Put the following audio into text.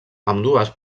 ambdues